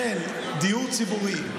של דיור ציבורי,